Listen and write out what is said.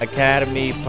Academy